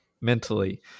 mentally